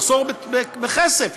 מחסור בכסף.